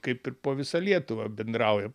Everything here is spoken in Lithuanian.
kaip ir po visą lietuvą bendraujam